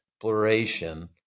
exploration